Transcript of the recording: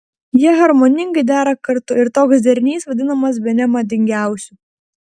jie harmoningai dera kartu ir toks derinys vadinamas bene madingiausiu